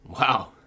Wow